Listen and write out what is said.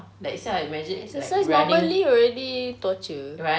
exercise normally already torture